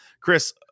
chris